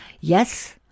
Yes